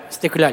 "איסתיקלאל".